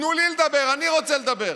תנו לי לדבר, אני רוצה לדבר.